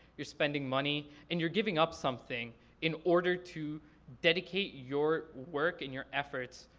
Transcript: you're spending money, and you're giving up something in order to dedicate your work and your efforts,